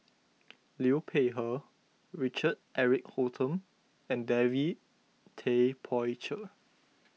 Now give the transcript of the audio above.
Liu Peihe Richard Eric Holttum and David Tay Poey Cher